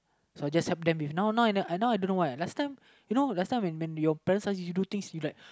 so just help them with now now uh I don't why last time you know last time when when your parents ask you do things you like